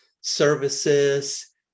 services